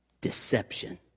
Deception